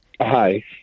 Hi